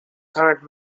currant